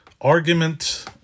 argument